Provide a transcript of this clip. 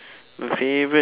my favorite